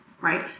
Right